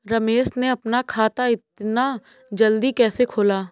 रमेश ने अपना खाता इतना जल्दी कैसे खोला?